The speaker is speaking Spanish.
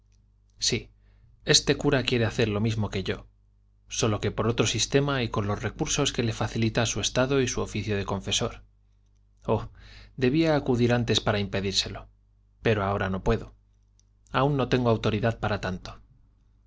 sí este cura quiere hacer lo mismo que yo sólo que por otro sistema y con los recursos que le facilita su estado y su oficio de confesor oh debía acudir antes para impedirlo pero ahora no puedo aún no tengo autoridad para tanto